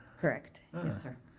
correct, yes sir.